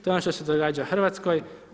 To je ono što se događa Hrvatskoj.